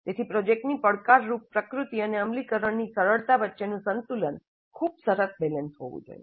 તેથી પ્રોજેક્ટની પડકારરૂપ પ્રકૃતિ અને અમલીકરણની સરળતા વચ્ચેનું સંતુલન ખૂબ સરસ બેલેન્સ હોવું જોઈએ